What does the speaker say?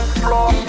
floor